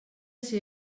ser